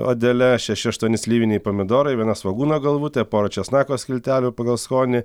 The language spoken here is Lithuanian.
odele šeši aštuoni slyviniai pomidorai viena svogūno galvutė pora česnako skiltelių pagal skonį